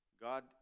God